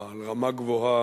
בעל רמה גבוהה,